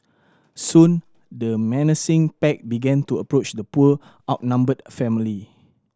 soon the menacing pack began to approach the poor outnumbered family